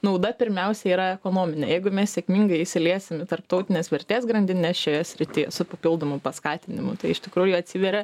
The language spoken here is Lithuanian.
nauda pirmiausia yra ekonominiai jeigu mes sėkmingai įsiliesim į tarptautines vertės grandines šioje srity su papildomu paskatinimu tai iš tikrųjų atsiveria